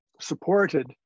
supported